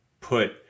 put